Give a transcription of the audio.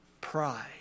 pride